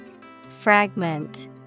Fragment